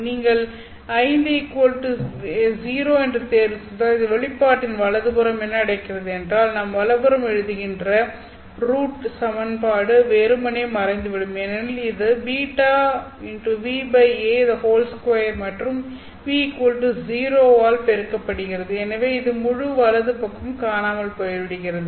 நீங்கள்v 0 என்று தேர்வுசெய்தால் இந்த வெளிப்பாட்டின் வலது புறம் என்ன நடக்கிறது என்றால் நாம் வலது புறம் எழுதுகின்ற ரூட் சமன்பாடு வெறுமனே மறைந்துவிடும் ஏனெனில் அது β νa2 மற்றும் v0 ஆல் பெருக்கப்படுகிறது எனவே இந்த முழு வலது பக்கமும் காணாமல் போய்விடுகிறது